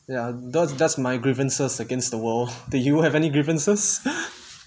ya does that's my grievances against the world do you have any grievances